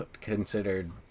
considered